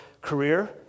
career